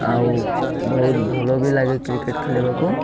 ଆଉ ବହୁତ ଭଲ ବି ଲାଗେ କ୍ରିକେଟ୍ ଖେଳିବାକୁ